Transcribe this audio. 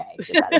Okay